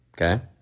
Okay